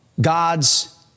God's